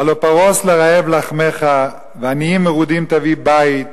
הלוא פרוס לרעב לחמך, ועניים מרודים תביא בית,